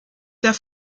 der